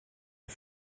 not